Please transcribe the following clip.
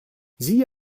siehe